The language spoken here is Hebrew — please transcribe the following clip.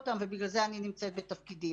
ובגלל זה אני נמצאת בתפקידי.